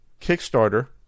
Kickstarter